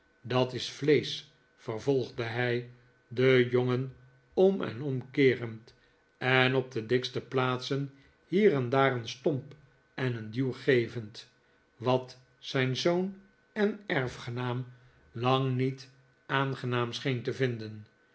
dat is vleesch vervolgde hij den jongen om en om keerend en op de dikste plaatsen hier en daar een stomp en een duw gevend wat zijn zoon en erfgenaam lang niet aangenaam scheen te vinden